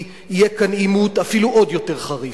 יהיה כאן עימות אפילו עוד יותר חריף,